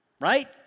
right